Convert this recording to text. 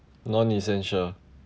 non essential